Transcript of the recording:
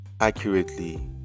accurately